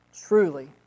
truly